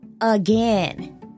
Again